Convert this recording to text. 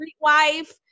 wife